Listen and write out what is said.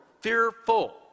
fearful